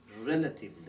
relatively